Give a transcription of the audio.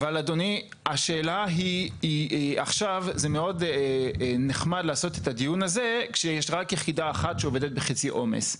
זה מאוד נחמד לקיים את הדיון הזה כשיש רק יחידה אחת שעובדת בחצי עומס.